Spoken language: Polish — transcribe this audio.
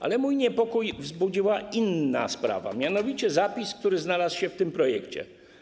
Ale mój niepokój wzbudziła inna sprawa, mianowicie zapis, który znalazł się w tym projekcie.